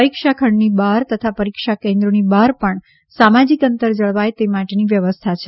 પરીક્ષા ખંડની બહાર તથા પરીક્ષા કેન્દ્રોની બહાર પણ સામાજીક અંતર જળવાય તે માટેની વ્યવસ્થા કરાઇ છે